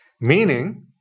Meaning